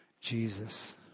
Jesus